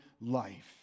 life